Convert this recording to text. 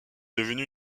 devenu